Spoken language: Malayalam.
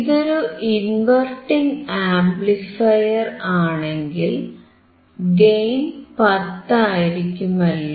ഇതൊരു ഇൻവെർട്ടിംഗ് ആംപ്ലിഫയർ ആണെങ്കിൽ ഗെയിൻ 10 ആയിരിക്കുമല്ലോ